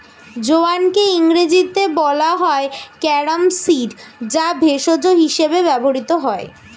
জোয়ানকে ইংরেজিতে বলা হয় ক্যারাম সিড যা ভেষজ হিসেবে ব্যবহৃত হয়